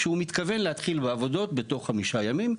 שהוא מתכוון להתחיל בעבודות בתוך חמישה ימים.